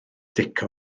dico